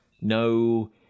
no